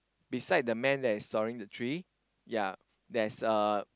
beside the man that is sawing the tree ya there's a